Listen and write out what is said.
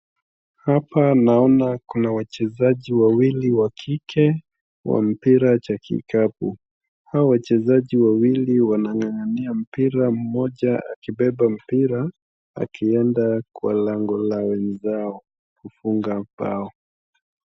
Hapa naona kuna wachezaji wawili wa kike, wa mpira cha kikapu. Hawa wachezaji wawili wanang'ang'ania mpira mmoja akibeba mpira akienda kwa lango la wenzao kufunga mbao.